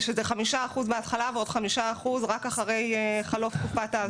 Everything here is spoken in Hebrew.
שזה 5 אחוזים בהתחלה ועוד 5 אחוזים רק אחרי חלוף התקופה.